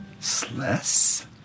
Sless